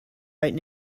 right